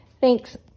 Thanks